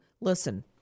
Listen